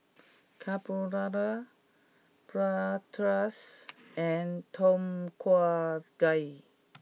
Carbonara Bratwurst and Tom Kha Gai